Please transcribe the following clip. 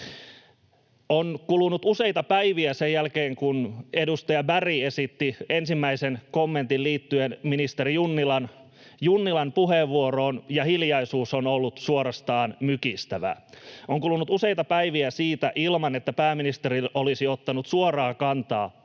On kulunut useita päiviä sen jälkeen, kun edustaja Berg esitti ensimmäisen kommentin liittyen ministeri Junnilan puheenvuoroihin, ja hiljaisuus on ollut suorastaan mykistävä. On kulunut useita päiviä ilman että pääministeri olisi ottanut suoraan kantaa